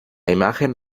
imagen